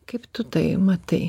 kaip tu tai matai